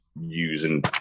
using